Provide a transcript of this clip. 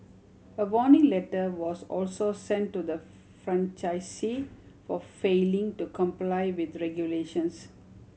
a warning letter was also sent to the franchisee for failing to comply with regulations